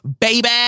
baby